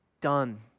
done